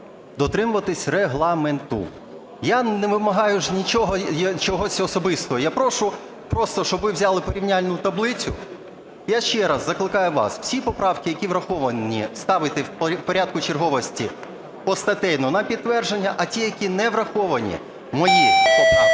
дотримуватись Регламенту. Я не вимагаю ж нічого, чогось особистого, я прошу просто, щоб ви взяли порівняльну таблицю. Я ще раз закликаю вас, всі поправки, які враховані, ставити в порядку черговості постатейно на підтвердження, а ті, які не враховані, мої поправки,